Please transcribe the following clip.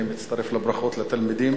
אני מצטרף לברכות לתלמידים